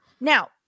Now